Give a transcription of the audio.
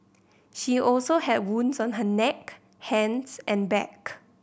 she also had wounds on her neck hands and back